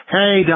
Hey